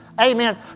Amen